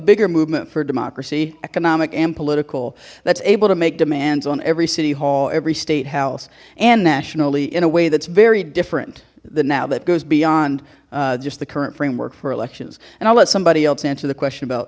bigger movement for democracy economic and political that's able to make demands on every city hall every state house and nationally in a way that's very different than now that goes beyond just the current framework for elections and i'll let somebody else answer the question about